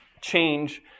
change